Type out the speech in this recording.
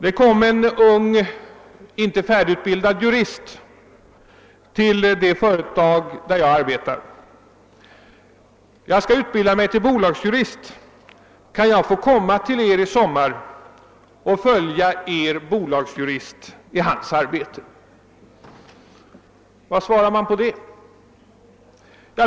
En ung, icke färdigutbildad jurist vände sig till det företag där jag arbetar och frågade: »Jag skall utbilda mig till bolagsjurist, kan jag få komma till er i sommar och följa er bolagsjurist i hans arbete?» Vad svarar man på det?